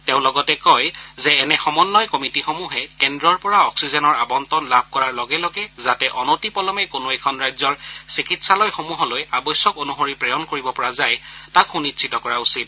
তেওঁ লগতে কয় যে এনে সমন্নয় কমিটীসমূহে কেন্দ্ৰৰ পৰা অক্সিজেনৰ আবণ্টন লাভ কৰাৰ লগে লগে যাতে অনতি পলমে কোনো এখন ৰাজ্যৰ চিকিৎসালয়সমূহলৈ আৱশ্যক অনুসৰি প্ৰেৰণ কৰিব পৰা যায় তাক সুনিশ্চিত কৰা উচিত